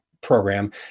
Program